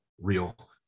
real